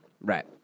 Right